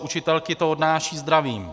Učitelky to odnášejí zdravím.